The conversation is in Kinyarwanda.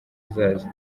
hazaza